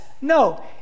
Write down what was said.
no